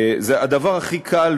הדבר הכי קל,